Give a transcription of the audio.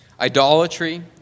idolatry